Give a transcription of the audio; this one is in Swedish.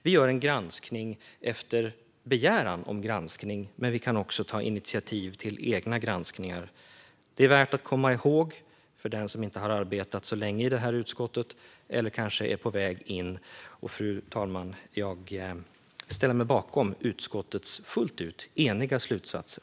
Vi gör en granskning efter begäran om granskning, men vi kan också ta initiativ till egna granskningar. Detta är värt att komma ihåg för den som inte har arbetat så länge i det här utskottet eller kanske är på väg in. Fru talman! Jag ställer mig bakom utskottets fullt ut eniga slutsatser.